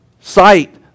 Sight